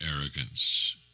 arrogance